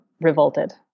revolted